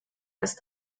ist